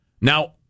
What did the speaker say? Now